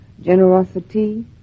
generosity